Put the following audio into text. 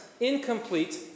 incomplete